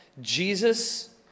Jesus